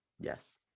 Yes